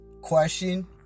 question